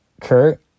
Kurt